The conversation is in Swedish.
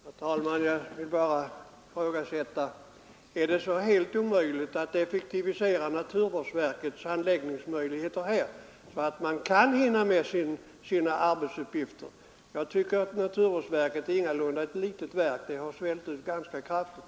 Herr talman! Jag vill bara fråga: Är det helt omöjligt att effektivisera naturvårdsverkets handläggningsmöjligheter, så att verket kan hinna med sina arbetsuppgifter? Naturvårdsverket är ingalunda något litet verk — det har svällt ut ganska kraftigt.